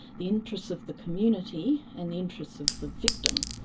the interests of the community and the interests of the victim,